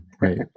Right